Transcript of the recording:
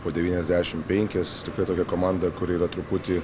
po devyniasdešim penkis tokia tokia komanda kuri yra truputį